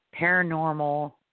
paranormal